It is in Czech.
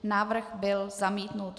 Návrh byl zamítnut.